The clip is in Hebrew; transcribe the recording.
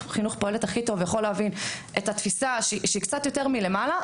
ויכול להבין את התפיסה שהיא קצת יותר מלמעלה,